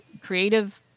creative